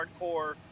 hardcore